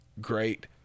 great